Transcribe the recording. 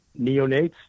neonates